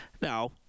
now